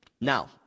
Now